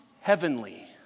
heavenly